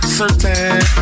certain